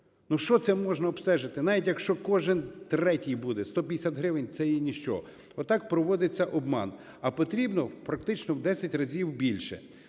що це можна обстежити, навіть якщо кожен третій буде? 150 гривень – це є ніщо. Отак проводиться обман. А потрібно практично в 10 разів більше.